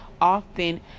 often